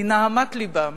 מנהמת לבם.